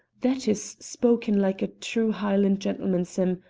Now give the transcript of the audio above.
that is spoken like a true highland gentleman, sim.